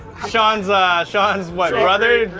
sean's ah. sean's what, brother?